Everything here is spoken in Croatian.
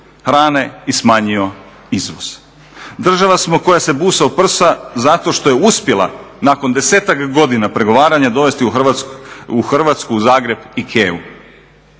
hrane i smanjio izvoz. Država smo koja se busa u prsa zato što je uspjela nakon 10-ak godina pregovaranja dovesti u Hrvatsku u Zagreb IKEA-u.